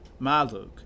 Maluk